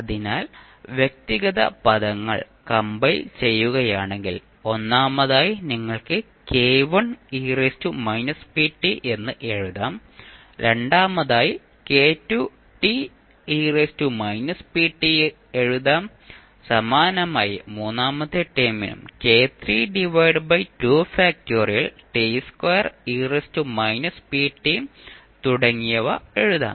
അതിനാൽ വ്യക്തിഗത പദങ്ങൾ കംപൈൽ ചെയ്യുകയാണെങ്കിൽ ഒന്നാമതായി നിങ്ങൾക്ക് എന്ന് എഴുതാം രണ്ടാമതായി എഴുതാം സമാനമായി മൂന്നാമത്തെ ടേമിനും തുടങ്ങിയവ എഴുതാം